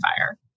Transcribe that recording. fire